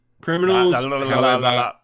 criminals